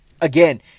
again